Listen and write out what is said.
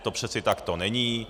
To přece takto není.